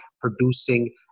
producing